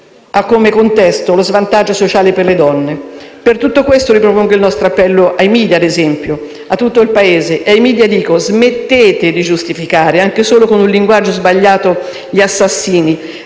ha come contesto lo svantaggio sociale per le donne. Per tutto questo, ripropongo il nostro appello a tutto il Paese e ai *media* dico: smettete di giustificare, anche solo con un linguaggio sbagliato, gli assassini.